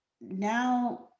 now